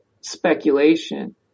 speculation